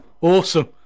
Awesome